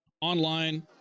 online